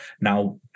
Now